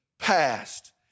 past